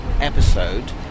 episode